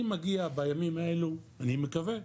אני מגיע בימים האלה, אני מקווה,